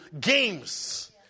games